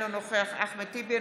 אינו נוכח אחמד טיבי,